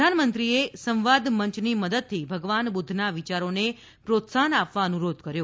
પ્રધાનમંત્રીએ સંવાદમંચની મદદથી ભગવાન બુધ્ધના વિયારોને પ્રોત્સાહન આપવા અનુરોધ કર્યો